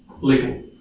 legal